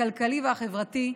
הכלכלי והחברתי.